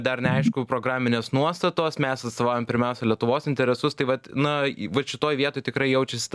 dar neaišku programinės nuostatos mes atstovaujam pirmiausia lietuvos interesus tai vat na vat šitoj vietoj tikrai jaučiasi